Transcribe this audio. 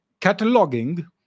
cataloging